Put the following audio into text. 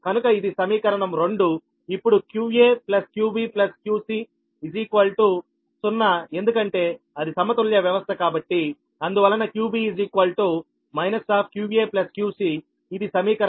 కనుక ఇది సమీకరణం 2 ఇప్పుడు qaqbqc0 ఎందుకంటే అది సమతుల్య వ్యవస్థ కాబట్టి అందువలన qb qaqc ఇది సమీకరణం 3